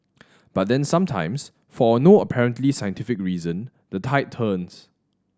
but then sometimes for no apparently scientific reason the tide turns